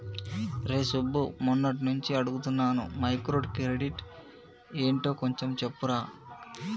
రేయ్ సుబ్బు, మొన్నట్నుంచి అడుగుతున్నాను మైక్రో క్రెడిట్ అంటే యెంటో కొంచెం చెప్పురా